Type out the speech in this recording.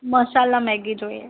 મસાલા Maggi જોઈએ